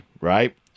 right